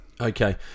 Okay